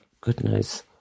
goodness